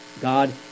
God